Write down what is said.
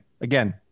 Again